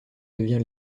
devient